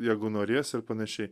jeigu norės ir panašiai